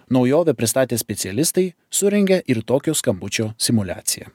naujovę pristatę specialistai surengė ir tokio skambučio simuliaciją